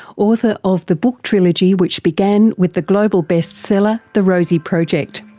author of the book trilogy which began with the global best seller the rosie project.